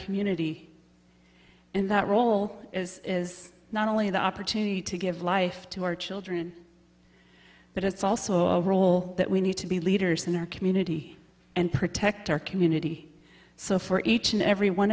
community in that role is not only the opportunity to give life to our children but it's also a role that we need to be leaders in our community and protect our community so for each and every one